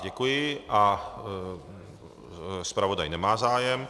Děkuji a zpravodaj nemá zájem.